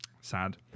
Sad